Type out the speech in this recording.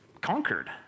conquered